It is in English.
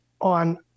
on